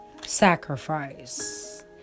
sacrifice